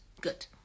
good